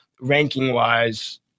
ranking-wise